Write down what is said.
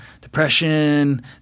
depression